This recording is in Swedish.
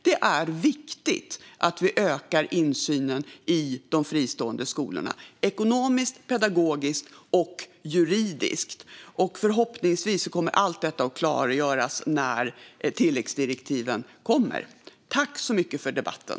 Det är viktigt att vi ökar insynen i de fristående skolorna - ekonomiskt, pedagogiskt och juridiskt. Förhoppningsvis kommer allt detta att klargöras när tilläggsdirektiven kommer. Tack så mycket för debatten!